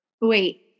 Wait